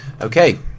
Okay